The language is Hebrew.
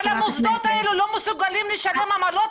אבל המוסדות האלה לא מסוגלים לשלם את העמלות